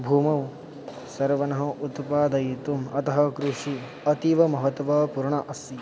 भूमौ सर्वम् उत्पादयितुम् अतः कृषिः अतीवमहत्त्वापूर्णः अस्ति